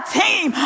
team